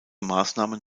maßnahmen